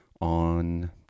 on